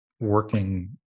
working